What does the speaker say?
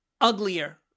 uglier